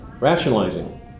rationalizing